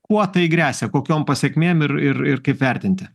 kuo tai gresia kokiom pasekmėm ir ir ir kaip vertinti